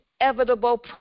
inevitable